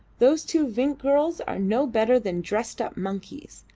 those two vinck girls are no better than dressed-up monkeys.